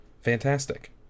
Fantastic